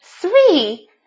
three